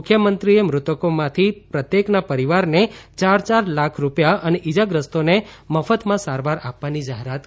મુખ્યમંત્રીએ મૃતકોમાંથી પ્રત્યેકના પરિવારને ચાર ચાર લાખ રૂપિયા અને ઈજાગ્રસ્તોને મફતમાં સારવાર આપવાની જાહેરાત કરી છે